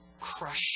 crush